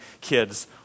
kids